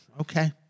okay